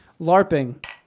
Larping